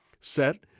set